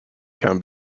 can